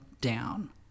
down